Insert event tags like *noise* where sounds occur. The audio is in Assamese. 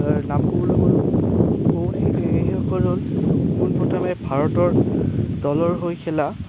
নামবোৰ *unintelligible* সেইসকল হ'ল প্ৰোনপ্ৰথমে ভাৰতৰ দলৰ হৈ খেলা